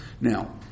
Now